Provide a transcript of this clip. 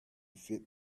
fit